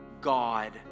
God